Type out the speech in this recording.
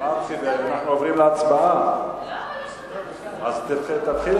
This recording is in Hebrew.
להעביר את הצעת חוק המקרקעין (תיקון,